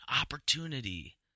opportunity